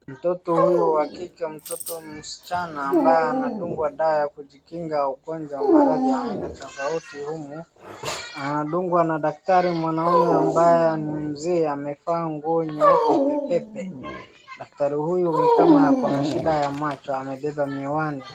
Mtoto huyu wa kike mtoto msichana ambaye anadungwa dawa ya kujikinga ugonjwa maradhi ya aina tofauti humu. Anadungwa na daktari mwanaume ambaye ni mzee. Amevaa nguo nyeupe pepepe. Dakatari huyu ni kama ako na shida ya macho amebeba miwani.